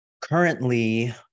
currently